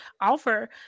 offer